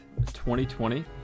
2020